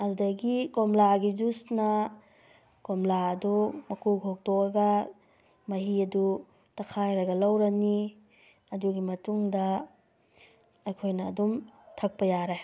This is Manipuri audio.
ꯑꯗꯨꯗꯒꯤ ꯀꯣꯝꯂꯥꯒꯤ ꯖꯨꯁꯅ ꯀꯣꯝꯂꯥ ꯑꯗꯣ ꯃꯀꯨ ꯈꯣꯛꯇꯣꯛꯑꯒ ꯃꯍꯤ ꯑꯗꯨ ꯇꯛꯈꯥꯏꯔꯒ ꯂꯧꯔꯅꯤ ꯑꯗꯨꯒꯤ ꯃꯇꯨꯡꯗ ꯑꯩꯈꯣꯏꯅ ꯑꯗꯨꯝ ꯊꯛꯄ ꯌꯥꯔꯦ